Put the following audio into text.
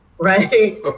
right